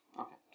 Okay